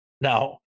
Now